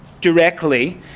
directly